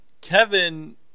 Kevin